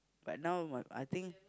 but now uh I think